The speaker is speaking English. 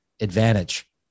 advantage